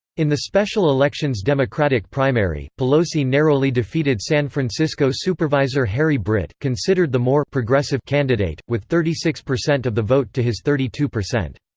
in the special election's democratic primary, pelosi narrowly defeated san francisco supervisor harry britt, considered the more progressive candidate, with thirty six percent of the vote to his thirty two percent.